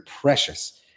precious